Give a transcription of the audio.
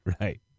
right